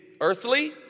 earthly